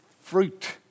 fruit